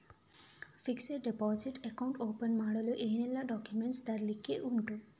Fixed deposit account open ಮಾಡಲು ಏನೆಲ್ಲಾ documents ತರ್ಲಿಕ್ಕೆ ಉಂಟು?